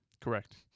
Correct